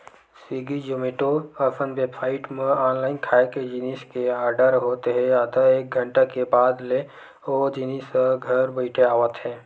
Swiggy, Zomato असन website म online खाए के जिनिस के आरडर होत हे आधा एक घंटा के बाद ले ओ जिनिस ह घर बइठे आवत हे